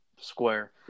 square